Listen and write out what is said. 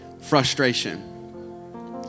Frustration